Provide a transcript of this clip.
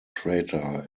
crater